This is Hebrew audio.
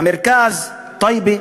במרכז, טייבה,